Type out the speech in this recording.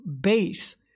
base